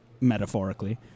metaphorically